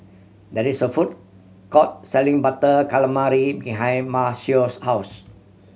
there is a food court selling Butter Calamari behind Maceo's house